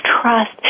trust